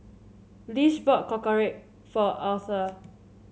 Lish bought Korokke for Aurthur